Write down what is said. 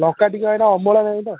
ଲଙ୍କା ଟିକେ ଭାଇନା ଅମଳ ନାଇଁ ତ